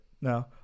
no